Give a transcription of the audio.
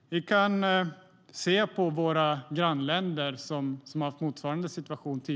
Vi kan se på våra grannländer som varit i motsvarande situation.